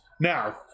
Now